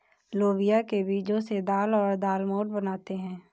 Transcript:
लोबिया के बीजो से दाल और दालमोट बनाते है